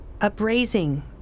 upraising